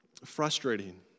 frustrating